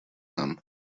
нам